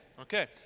Okay